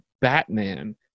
Batman